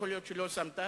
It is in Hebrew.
יכול להיות שלא שמת לב,